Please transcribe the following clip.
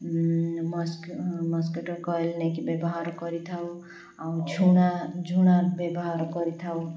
ମସ୍ mosquito coil ନେଇକି ବ୍ୟବହାର କରିଥାଉ ଆଉ ଝୁଣା ଝୁଣା ବ୍ୟବହାର କରିଥାଉ